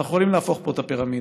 ואנחנו יכולים להפוך פה את הפירמידה,